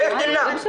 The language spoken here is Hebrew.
איך תמנע?